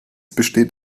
besteht